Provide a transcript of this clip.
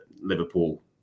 Liverpool